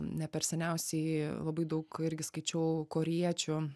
ne per seniausiai labai daug irgi skaičiau korėjiečių